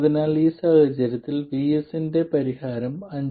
അതിനാൽ ഈ സാഹചര്യത്തിൽ VS ന്റെ പരിഹാരം 5